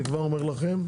אני כבר אומר לכם,